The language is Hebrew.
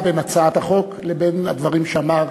בין הצעת החוק לבין הדברים שאמר השר.